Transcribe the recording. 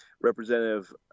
Representative